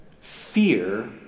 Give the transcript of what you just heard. fear